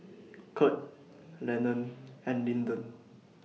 Kurt Lennon and Lyndon